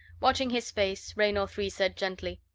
watching his face, raynor three said gently,